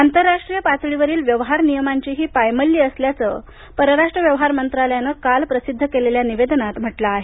आंतरराष्ट्रीय पातळीवरील व्यवहार नियमांची ही पायमल्ली असल्याचं परराष्ट्र मंत्रालयानं काल प्रसिध्द केलेल्या निवेदनात म्हटलं आहे